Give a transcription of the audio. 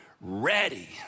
ready